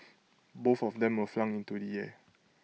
both of them were flung into the air